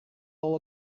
all